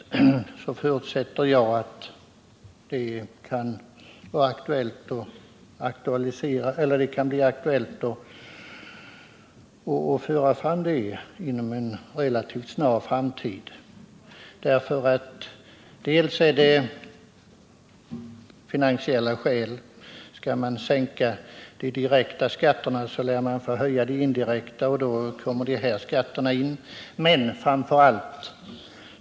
Jag förutsätter att det kan bli aktuellt att föra fram förslag om det inom en relativt snar framtid, bl.a. av finansiella skäl. Skall man sänka de direkta skatterna lär man få höja de indirekta, och då kommer de skatter vi nu talar om in i bilden.